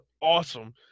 awesome